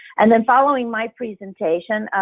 and then following my presentation,